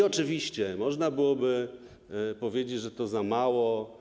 Oczywiście można byłoby powiedzieć, że to za mało.